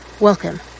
Welcome